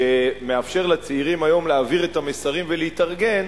שמאפשר לצעירים היום להעביר את המסרים ולהתארגן,